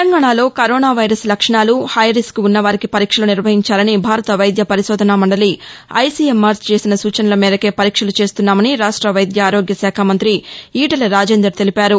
తెలంగాణలో corona virus లక్షణాలు high risk ఉన్న వారికీ పరీక్షలు నిర్వహించాలని భారత వైద్య పరిశోధనా మండలి ఐసిఎంఆర్ చేసిన సూచనల మేరకే పరీక్షలు చేస్తున్నామని రాష్ట వైద్య ఆరోగ్య శాఖ మంత్రి ఈటెల రాజేందర్ తెలిపారు